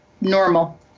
normal